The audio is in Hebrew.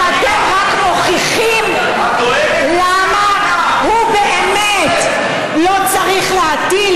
שאתם רק מוכיחים למה הוא באמת לא צריך להטיל